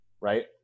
Right